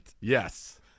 Yes